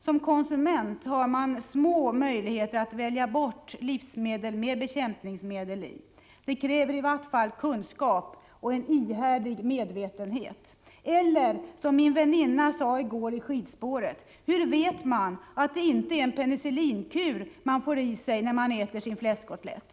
Som konsument har man små möjligheter att välja bort livsmedel med bekämpningsmedel i. Det kräver i vart fall kunskap och en ihärdig medvetenhet — eller som min väninna sade i går i skidspåret: Hur vet man att det inte är en penicillinkur man får i sig när man äter sin fläskkotlett?